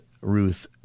Ruth